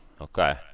okay